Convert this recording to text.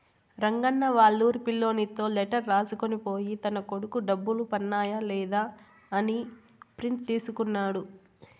రంగన్న వాళ్లూరి పిల్లోనితో లెటర్ రాసుకొని పోయి తన కొడుకు డబ్బులు పన్నాయ లేదా అని ప్రింట్ తీసుకున్నాడు